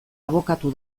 abokatu